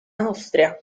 austria